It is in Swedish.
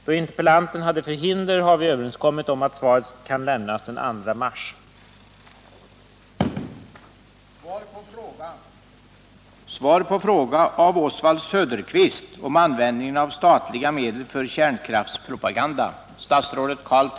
Enär interpellanten har förhinder den dagen, har vi överenskommit att svaret skall lämnas den 2 mars.